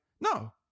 no